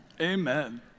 Amen